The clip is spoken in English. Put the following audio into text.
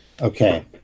Okay